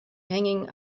hanging